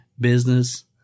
business